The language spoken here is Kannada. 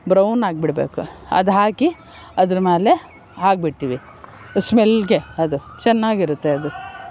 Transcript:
ಬ್ರೌನ್ ಆಗಿಬಿಡ್ಬೇಕು ಅದು ಹಾಕಿ ಅದರ ಮೇಲೆ ಹಾಕಿ ಬಿಡ್ತೀವಿ ಸ್ಮೆಲ್ಗೆ ಅದು ಚೆನ್ನಾಗಿರುತ್ತೆ ಅದು